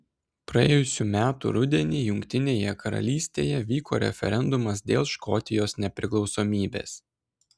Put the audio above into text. praėjusių metų rudenį jungtinėje karalystėje vyko referendumas dėl škotijos nepriklausomybės